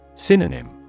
Synonym